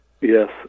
yes